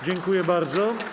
Dziękuję bardzo.